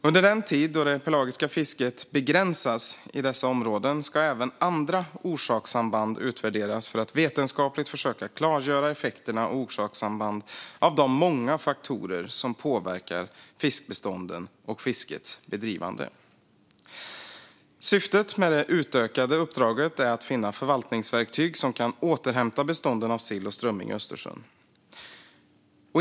Under den tid då det pelagiska fisket begränsas i dessa områden ska även andra orsakssamband utvärderas för att vetenskapligt försöka klargöra effekter och orsakssamband av de många faktorer som påverkar fiskbestånden och fiskets bedrivande. Syftet med det utökade uppdraget är att finna förvaltningsverktyg som kan återhämta bestånden av sill och strömming i Östersjön.